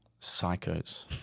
Psychos